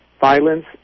violence